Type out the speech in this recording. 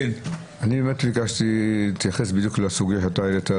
באמת ביקשתי להתייחס בדיוק לסוגיה שהעלית,